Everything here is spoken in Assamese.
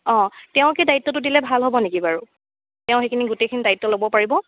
অঁ তেওঁকে দায়িত্বটো দিলে ভাল হ'ব নেকি বাৰু তেওঁ সেইখিনি গোটেইখিনি দায়িত্ব ল'ব পাৰিব